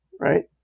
right